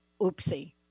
oopsie